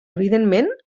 evidentment